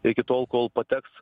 iki tol kol pateks